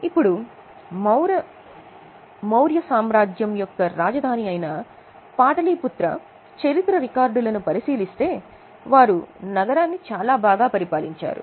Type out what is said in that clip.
ఇప్పుడు మౌర్య సామ్రాజ్యం యొక్క రాజధాని అయిన పాటలీపుత్ర చరిత్ర రికార్డులను పరిశీలిస్తే వారు నగరాన్ని చాలా బాగా పరిపాలించారు